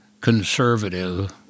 conservative